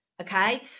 Okay